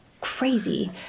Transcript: crazy